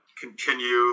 continue